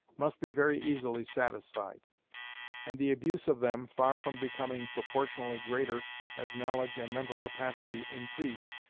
must be very easily satisfied and the abuse of them, far from becoming proportionally greater as knowledge and mental capacity increase,